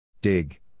Dig